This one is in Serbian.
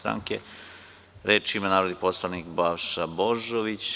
Reč ima narodni poslanik Balša Božović.